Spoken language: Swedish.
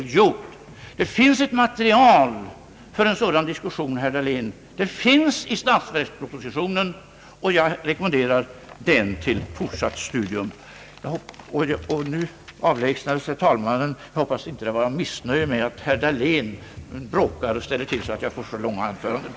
I statsverkspropositionen finns alltså ett material för en sådan diskussion, herr Dahlén, och jag rekommenderar det till fortsatt studium. Nu avlägsnade sig herr talmannen — jag hoppas att det inte var på grund av missnöje med att herr Dahlén bråkar och ställer till så att mina anföranden blir för långa!